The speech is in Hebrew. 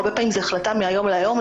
הרבה פעמיים זו החלטה מהיום להיום,